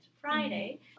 Friday